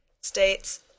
states